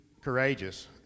courageous